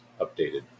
updated